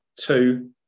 Two